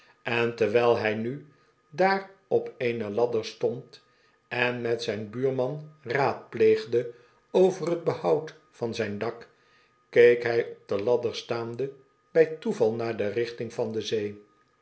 en terwijl hij nu daar op e ene ladder stond en met zyn buurman raadpleegde over t behoud van zijn dak keek hij op de ladder staande bij toeval naar de richting der zee